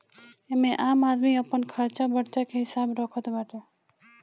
एमे आम आदमी अपन खरचा बर्चा के हिसाब रखत बाटे